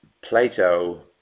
Plato